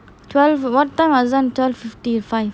twelve one wasn't time twelve fifty five